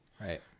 right